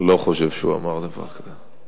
לא חושב שהוא אמר דבר כזה.